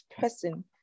person